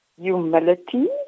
humility